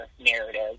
narrative